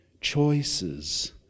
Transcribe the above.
choices